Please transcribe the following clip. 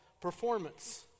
performance